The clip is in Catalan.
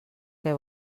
que